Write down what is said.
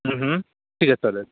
हं हं ठीक आहे चालेल